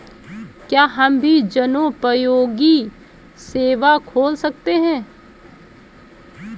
क्या हम भी जनोपयोगी सेवा खोल सकते हैं?